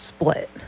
split